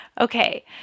Okay